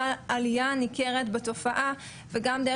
אין ספק, וזה דברים שאני אומרת גם לנוער עצמו,